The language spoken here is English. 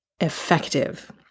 effective